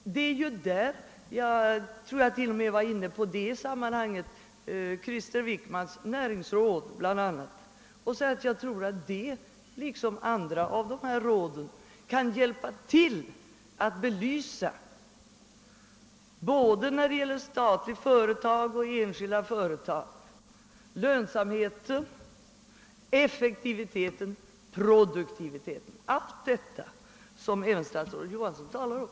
Jag tror att jag i detta sammanhang framhöll att Krister Wickmans näringsråd och de andra råden bör kunna hjälpa till att belysa — både när det gäller statliga företag och enskilda företag — lönsamheten, effektiviteten och produktiviteten, allt detta som även statsrådet Johansson talar om.